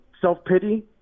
self-pity